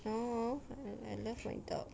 no I love my dog